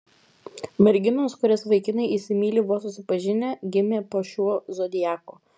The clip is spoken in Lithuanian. merginos kurias vaikinai įsimyli vos susipažinę gimė po šiuo zodiaku